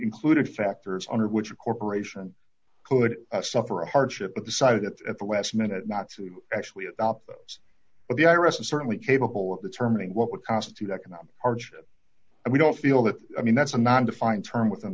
included factors under which a corporation could suffer a hardship decided at the last minute not to actually adopt it but the i r s is certainly capable of determining what would constitute economic hardship and we don't feel that i mean that's a non defined term within